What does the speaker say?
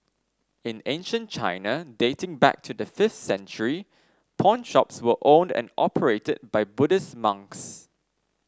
in ancient China dating back to the fifth century pawnshops were owned and operated by Buddhist monks